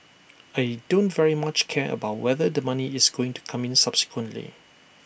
I don't very much care about whether the money is going to come in subsequently